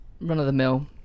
run-of-the-mill